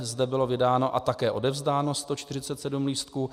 Zde bylo vydáno a také odevzdáno 147 lístků.